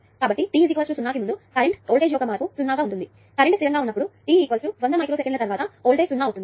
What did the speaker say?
కాబట్టి t 0 కి ముందు కరెంటు వోల్టేజ్ యొక్క మార్పు 0 గా ఉంటుంది కరెంటు స్థిరంగా ఉన్నప్పుడు t 100 మైక్రో సెకన్ల తరువాత వోల్టేజ్ 0 అవుతుంది